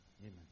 Amen